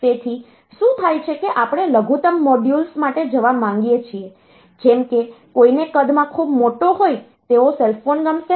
તેથી શું થાય છે કે આપણે લઘુત્તમ મોડ્યુલ્સ માટે જવા માંગીએ છીએ જેમ કે કોઈને કદમાં ખૂબ મોટો હોય તેવો સેલ ફોન ગમશે નહીં